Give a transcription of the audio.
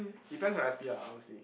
depends on your s_p ah I would say